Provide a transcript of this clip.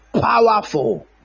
powerful